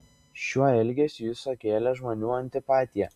šiuo elgesiu jis sukėlė žmonių antipatiją